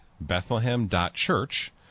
Bethlehem.Church